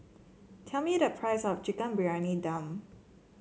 tell me the price of Chicken Briyani Dum